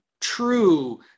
true